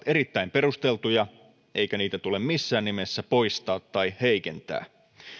erittäin perusteltuja eikä niitä tule missään nimessä poistaa tai heikentää